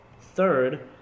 Third